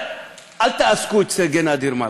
אל תאזקו את סגן אדיר מלכה,